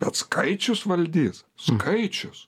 bet skaičius valdys skaičius